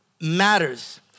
matters